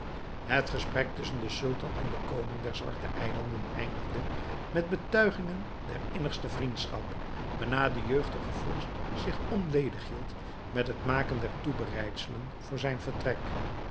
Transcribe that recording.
het gesprek tusschen den sultan en den koning der zwarte eilanden eindigde met betuigingen der innigste vriendschap waarna de jeugdige vorst zich onledig hield met het maken der toebereidselen voor zijn vertrek